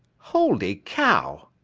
holy cow!